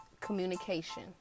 communication